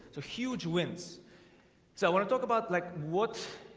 so huge wins so i want to talk about like what?